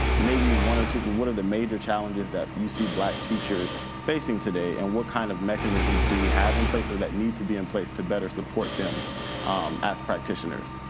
maybe one or two, but what are the major challenges that you see black teachers facing today and what kind of mechanisms do we have in place or that need to be in place to better support them as practitioners,